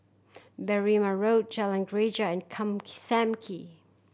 Berrima Road Jalan Greja and calm key Sam Kee